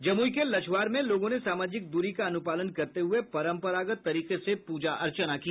जमुई के लछुआर में लोगों ने सामाजिक दूरी का अनुपालन करते हुए परंपरागत तरीके से पूजा अर्चना की